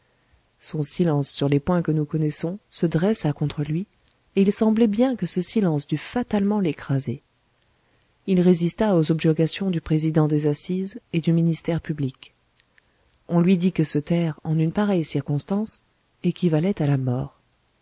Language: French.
son silence sur les points que nous connaissons se dressa contre lui et il semblait bien que ce silence dût fatalement l'écraser il résista aux objurgations du président des assises et du ministère public on lui dit que se taire en une pareille circonstance équivalait à la mort